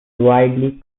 widely